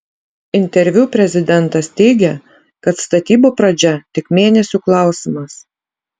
interviu prezidentas teigė kad statybų pradžia tik mėnesių klausimas